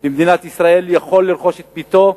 במדינת ישראל יוכל לרכוש את ביתו,